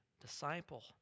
disciple